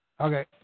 Okay